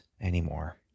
anymore